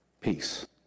peace